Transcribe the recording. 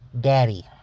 Daddy